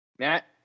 Matt